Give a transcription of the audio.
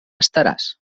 estaràs